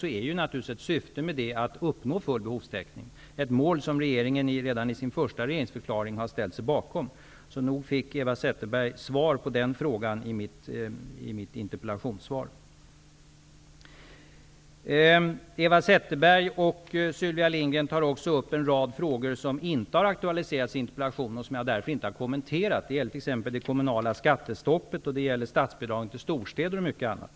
Ett syfte med detta är naturligtvis att uppnå full behovstäckning, ett mål som regeringen redan i sin första regeringsförklaring har ställt sig bakom. Så nog har Eva Zetterberg fått svar på den frågan genom mitt interpellationssvar. Eva Zetterberg och Sylvia Lindgren tar också upp en rad frågor som inte aktualiserats i framställda interpellation. Således har jag heller inte kommenterat dessa frågor. Det gäller det kommunala skattestoppet, statsbidragen till storstäder och mycket annat.